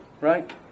Right